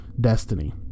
destiny